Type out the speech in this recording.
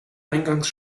eingangs